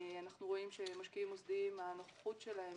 אנחנו רואים שמשקיעים מוסדיים, הנוכחות שלהם